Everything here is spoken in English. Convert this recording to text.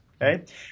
right